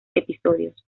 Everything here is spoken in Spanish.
episodios